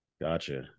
Gotcha